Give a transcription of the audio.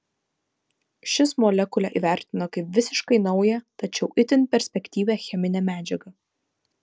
šis molekulę įvertino kaip visiškai naują tačiau itin perspektyvią cheminę medžiagą